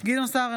גדעון סער,